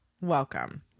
Welcome